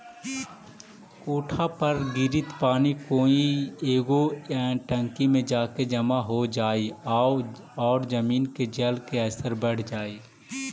कोठा पर गिरित पानी कोई एगो टंकी में जाके जमा हो जाई आउ जमीन के जल के स्तर बढ़ जाई